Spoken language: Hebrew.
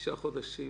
תשעה חודשים?